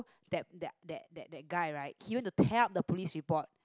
that that that that guy right he want to tell the police report